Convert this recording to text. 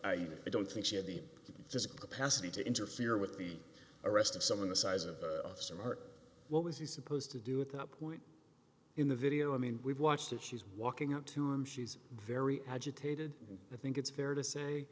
i don't think she had the physical capacity to interfere with the arrest of someone the size of her what was he supposed to do with up in the video i mean we've watched it she's walking up to him she's very agitated i think it's fair to say